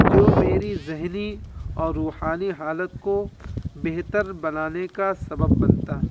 جو میری ذہنی اور روحانی حالت کو بہتر بنانے کا سبب بنتا